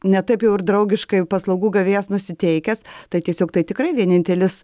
ne taip jau ir draugiškai paslaugų gavėjas nusiteikęs tai tiesiog tai tikrai vienintelis